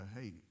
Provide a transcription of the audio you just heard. hey